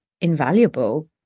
invaluable